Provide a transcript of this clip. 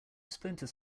splinter